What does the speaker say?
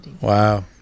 Wow